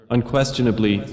Unquestionably